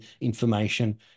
information